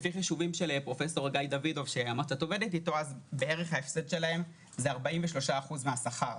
לפי חישובים של פרופ' אגאי דוידוף ההפסד שלהם הוא בערך 43% מהשכר.